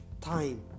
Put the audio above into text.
time